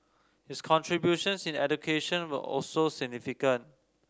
his contributions in education were also significant